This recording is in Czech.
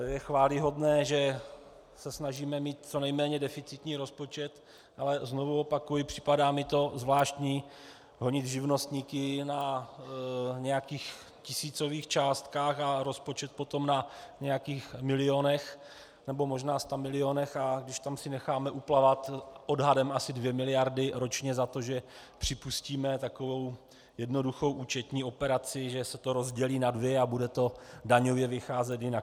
Je chvályhodné, že se snažíme mít co nejméně deficitní rozpočet, ale znovu opakuji, připadá mi zvláštní honit živnostníky na nějakých tisícových částkách a rozpočet potom na nějakých milionech, nebo možná stamilionech, když tam si necháme uplavat odhadem asi dvě miliardy ročně za to, že připustíme takovou jednoduchou účetní operaci, že se to rozdělí na dvě a bude to daňově vycházet jinak.